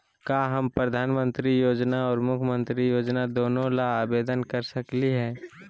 का हम प्रधानमंत्री योजना और मुख्यमंत्री योजना दोनों ला आवेदन कर सकली हई?